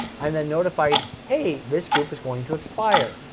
i'm then notified, hey, this group is going to expire.